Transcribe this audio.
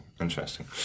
interesting